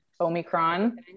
Omicron